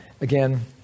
again